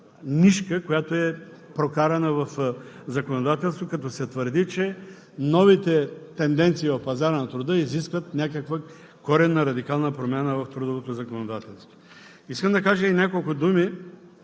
нишка, прокарана в законодателството, като се твърди, че новите тенденции на пазара на труда изискват някаква коренна радикална промяна в трудовото законодателство. Искам да кажа и няколко думи